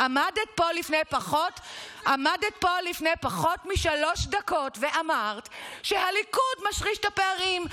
עמדת פה לפני פחות משלוש דקות ואמרת שהליכוד משריש את הפערים,